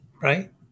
Right